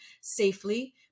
safely